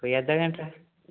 कोई अद्धा घैंटा